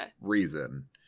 reason